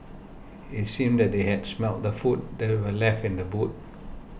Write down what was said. it seemed that they had smelt the food that were left in the boot